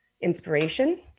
inspiration